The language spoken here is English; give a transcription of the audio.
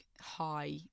high